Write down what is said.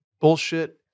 bullshit